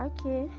Okay